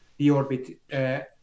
deorbit